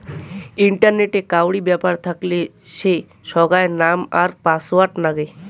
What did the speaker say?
ইন্টারনেটে কাউরি ব্যাপার থাকলে যে সোগায় নাম আর পাসওয়ার্ড নাগে